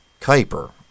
Kuiper